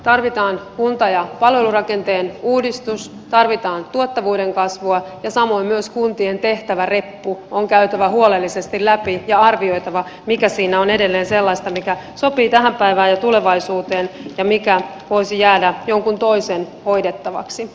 tarvitaan kunta ja palvelurakenteen uudistus tarvitaan tuottavuuden kasvua ja samoin myös kuntien tehtäväreppu on käytävä huolellisesti läpi ja arvioitava mikä siinä on edelleen sellaista mikä sopii tähän päivään ja tulevaisuuteen ja mikä voisi jäädä jonkun toisen hoidettavaksi